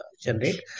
generate